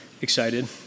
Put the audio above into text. excited